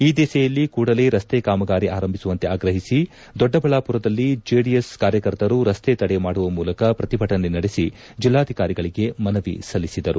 ಈ ದಿಸೆಯಲ್ಲಿ ಕೂಡಲೇ ರಸ್ತೆ ಕಾಮಗಾರಿ ಆರಂಭಿಸುವಂತೆ ಆಗ್ರಹಿಸಿ ದೊಡ್ಡಬಳ್ಳಾಪುರದಲ್ಲಿ ಜೆಡಿಎಸ್ ಕಾರ್ಕಕರ್ತರು ರಸ್ತೆ ತಡೆ ಮಾಡುವ ಮೂಲಕ ಪ್ರತಿಭಟನೆ ನಡೆಸಿ ಜಿಲ್ಲಾಧಿಕಾರಿಗಳಿಗೆ ಮನವಿ ಸಲ್ಲಿಸಿದರು